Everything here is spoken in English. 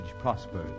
prospered